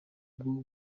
bwo